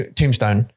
tombstone 。